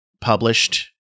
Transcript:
published